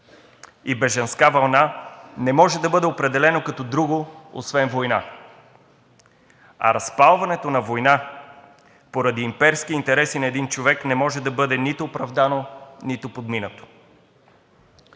и бежанска вълна, не може да бъде определено като друго освен война. А разпалването на война поради имперски интереси на един човек не може да бъде нито оправдано, нито подминато.